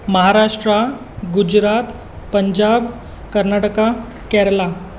Maharashtra Gujarat Punjab Karnataka Kerala